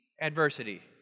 adversity